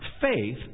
faith